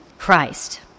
Christ